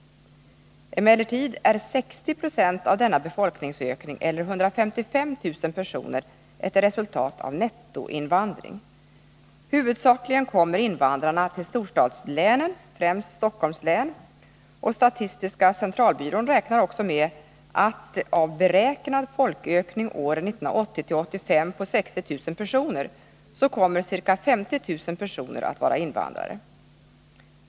Emellertid är 60 20 av denna befolkningsökning eller 155 000 personer ett resultat av nettoinvandring. Huvudsakligen kommer invandrarna till storstadslänen, främst Stockholms län, och statistiska centralbyrån räknar också med att av beräknad folkökning åren 1980-1985 på 60000 personer, så kommer ca 50 000 personer att vara invandrare.